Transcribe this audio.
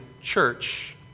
church